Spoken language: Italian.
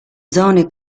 zone